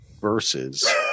Versus